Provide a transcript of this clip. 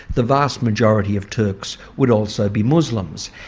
the vast majority of turks would also be muslims.